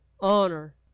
honor